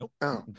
Nope